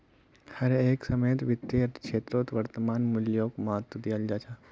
हर एक समयेत वित्तेर क्षेत्रोत वर्तमान मूल्योक महत्वा दियाल जाहा